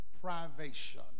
privation